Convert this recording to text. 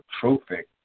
trophic